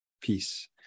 peace